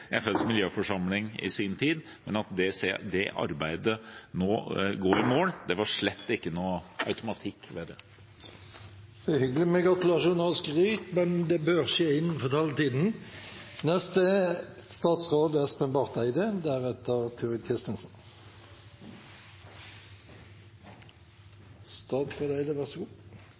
sin tid, men at det arbeidet nå går i mål, var det slett ikke noen automatikk ved. Det er hyggelig med gratulasjoner og skryt, men det bør skje innenfor taletiden.